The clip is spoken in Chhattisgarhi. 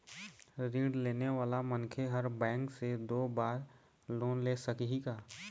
ऋण लेने वाला मनखे हर बैंक से दो बार लोन ले सकही का?